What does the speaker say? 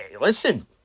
Listen